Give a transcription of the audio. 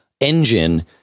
engine